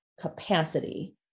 capacity